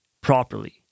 properly